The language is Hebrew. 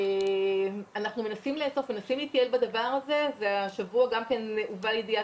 אבל 90% זה גם כן מאוד יפה,